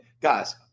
Guys